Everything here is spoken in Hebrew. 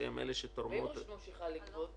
שהן אלה שתורמות --- ואם רשות ממשיכה לגבות?